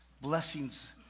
blessings